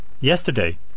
Yesterday